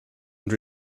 and